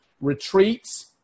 retreats